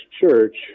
Church